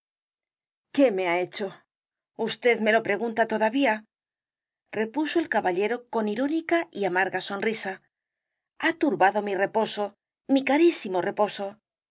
qué me ha hecho usted me lo pregunta todavía repuso el caballero con irónica y amarga sonrisa ha turbado mi reposo mi carísimo reposo